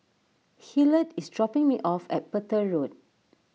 Hillard is dropping me off at Petir Road